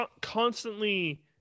constantly